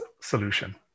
solution